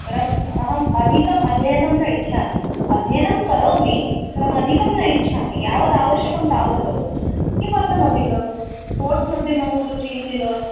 परम् अहम् अधिकम् अध्ययनं न इच्छामि अध्ययनं करोमि परम् अधिकं न इच्छामि यावद् आवश्यकं तावत् करोमि किमर्थम् अधिकं स्पोर्ट्स् मध्ये मम रुचिः किल